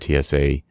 TSA